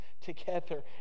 together